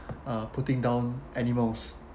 uh putting down animals